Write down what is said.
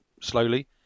slowly